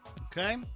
Okay